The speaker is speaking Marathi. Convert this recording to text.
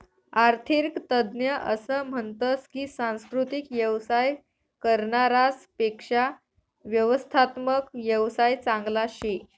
आरर्थिक तज्ञ असं म्हनतस की सांस्कृतिक येवसाय करनारास पेक्शा व्यवस्थात्मक येवसाय चांगला शे